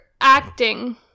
acting